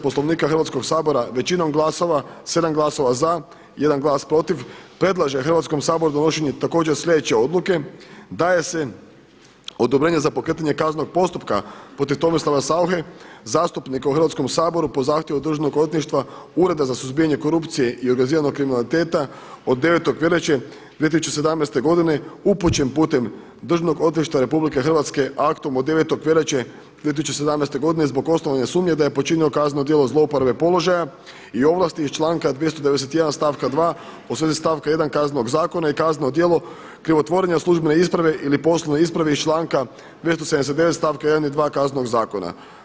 Poslovnika Hrvatskog sabora većinom glasova, 7 glasova za, 1 glas protiv predlaže Hrvatskom saboru donošenje također sljedeće odluke: Daje se odobrenje za pokretanje kaznenog postupka protiv Tomislava Sauche zastupnika u Hrvatskom saboru po zahtjevu DORH-a, Ureda za suzbijanje korupcije i organiziranog kriminaliteta od 9. veljače 2017. godine upućen putem DORH-a aktom od 9. veljače 2017.godine zbog osnovane sumnje da je počinio kazneno djelo zloporabe položaja i ovlasti iz članka 291. stavka 2. u svezi stavka 1. Kaznenog zakona i kazneno djelo krivotvorenja službene isprave ili poslovne isprave iz članka 279. stavka 1. i 2. Kaznenog zakona.